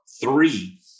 three